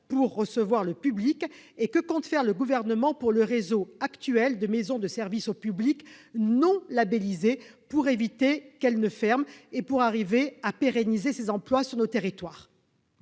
pour recevoir le public ? Que compte faire le Gouvernement pour le réseau actuel de maisons de services au public non labellisées et éviter qu'elles ne ferment ? Il s'agit de pérenniser ces emplois sur nos territoires.